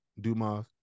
Dumas